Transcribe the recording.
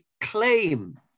claim